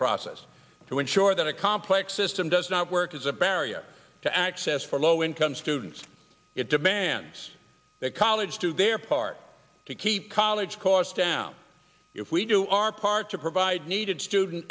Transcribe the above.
process to ensure that a complex system does not work as a barrier to access for low income students it demands that college do their part to keep college costs down if we do our part to provide needed student